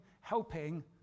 helping